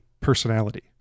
personality